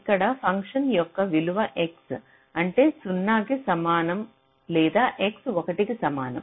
ఇక్కడ ఫంక్షన్ యొక్క విలువ X అంటే 0 కి సమానము లేదా x 1 కు సమానము